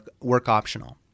work-optional